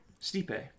Stipe